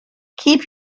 keep